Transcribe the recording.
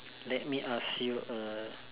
let me ask you a